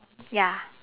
ya